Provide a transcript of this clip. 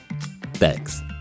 Thanks